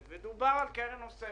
השלישי,